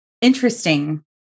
interesting